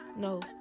No